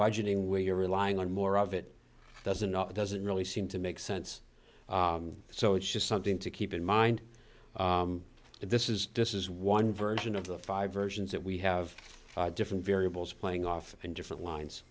budgeting where you're relying on more of it doesn't it doesn't really seem to make sense so it's just something to keep in mind that this is this is one version of the five versions that we have different variables playing off in different lines